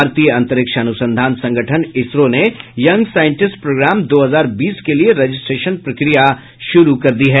भारतीय अंतरिक्ष अनुसंधान संगठन इसरो ने यंग साइंटिस्ट प्रोग्राम दो हजार बीस के लिए रजिस्ट्रेशन प्रक्रिया शुरू कर दी है